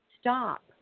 stop